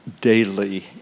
daily